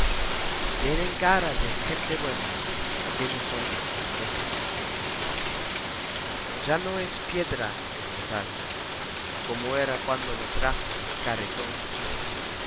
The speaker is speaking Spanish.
tienen cara de gente buena aquellos hombres de cachucha ya no es piedra el metal como era cuando lo trajo el carretón